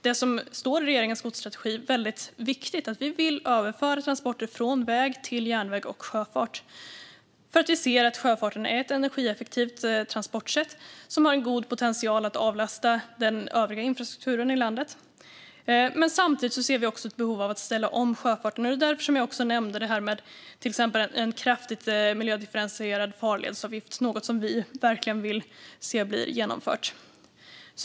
Det som står i regeringens godsstrategi är viktigt: att vi vill överföra transporter från väg till järnväg och sjöfart därför att vi ser att sjöfarten är ett energieffektivt transportsätt som har god potential att avlasta den övriga infrastrukturen i landet. Samtidigt ser vi ett behov av ställa om sjöfarten, och det var därför jag nämnde till exempel en kraftigt miljödifferentierad farledsavgift. Detta är något som vi verkligen vill se genomfört.